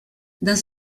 dans